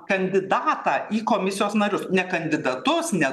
kandidatą į komisijos narius ne kandidatus ne